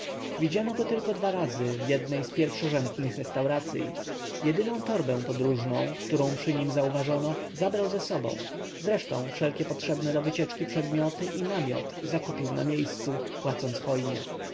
widziano go tylko dwa razy w jednej z pierwszorzędnych restauracyj jedyną torbę podróżną którą przy nim zauważono zabrał ze sobą zresztą wszystkie potrzebne do wycieczki przedmioty i namiot zakupił na miejscu płacąc hojnie